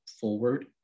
forward